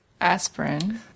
Aspirin